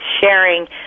sharing